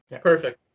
Perfect